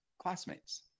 classmates